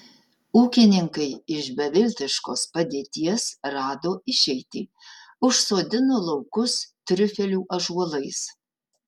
ūkininkai iš beviltiškos padėties rado išeitį užsodino laukus triufelių ąžuolais